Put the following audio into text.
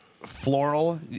floral